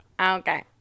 Okay